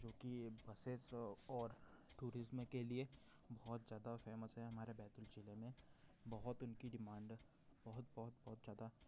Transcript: जो कि बसेज़ और टूरिंज़्म के लिए बहुत ज़्यादा फेमस है हमारे बैतूल ज़िले में बहुत उनकी डिमांड है बहुत बहुत बहुत ज़्यादा